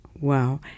Wow